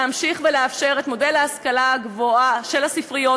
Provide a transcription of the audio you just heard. להמשיך ולאפשר את מודל ההשכלה הגבוהה של הספריות,